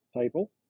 People